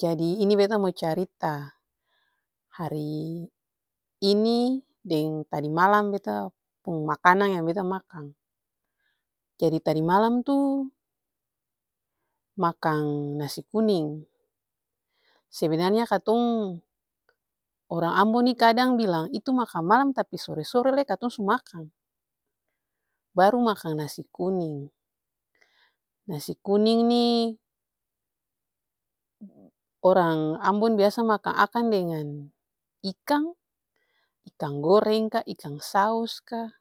Jadi ini beta mo carita hari ini deng tadi malam makanan yang beta makang. Jadi tadi malam tuh makang nasi kuning, sebenarnya katong orang ambon nih kadang bilang itu makan malam tapi sore-sore lai katong su makang, baru makan nasi kuning. Nasi kuning nih orang ambon biasa makang akang deng ikang, ikang goreng ka, ikang saos ka,